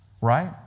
right